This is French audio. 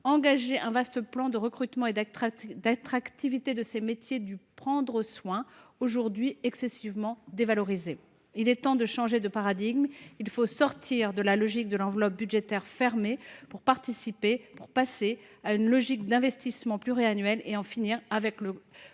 engager un vaste plan de recrutement et d’attractivité des métiers du « prendre soin », qui sont excessivement dévalorisés. Il est temps de changer de paradigme. Il faut sortir de la logique de l’enveloppe budgétaire fermée pour passer à une logique d’investissements pluriannuels ; il faut également